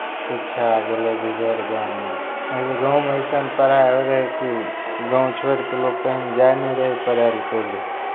शिक्षा गेलै बिगड़ि गाँवमे नहि तऽ गाँवमे अइसन पढ़ाइ हो रहै कि गाँव छोड़ि कऽ लोक कहीं जाय नहि रहय पढय लेल पहिले